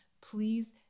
Please